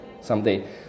someday